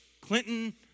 Clinton